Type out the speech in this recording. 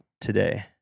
today